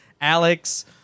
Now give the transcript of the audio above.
Alex